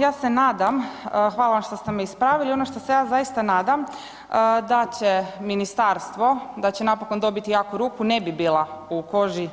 Ja se nadam, hvala vam što ste me ispravili, ono što se ja zaista nadam da će ministarstvo, da će napokon dobiti jaku ruku, ne bi bila u koži